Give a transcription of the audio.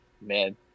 man